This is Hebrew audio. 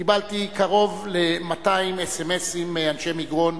קיבלתי קרוב ל-200 אס.אם.אסים מאנשי מגרון.